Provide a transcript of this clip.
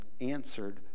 answered